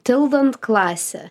tildant klasę